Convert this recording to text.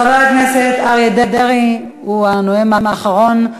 חבר הכנסת אריה דרעי הוא הנואם האחרון,